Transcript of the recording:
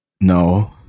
No